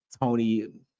Tony